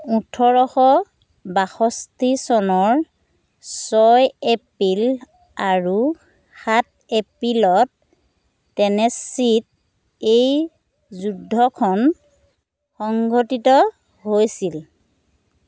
ওঠৰশ বাষষ্ঠি চনৰ ছয় এপ্ৰিল আৰু সাত এপ্ৰিলত টেনেছিত এই যুদ্ধখন সংঘটিত হৈছিল